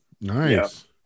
Nice